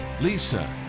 lisa